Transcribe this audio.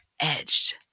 edged